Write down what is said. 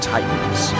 Titans